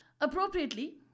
Appropriately